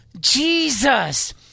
Jesus